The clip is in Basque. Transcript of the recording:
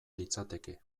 litzateke